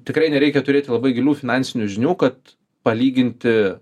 tikrai nereikia turėti labai gilių finansinių žinių kad palyginti